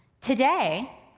today,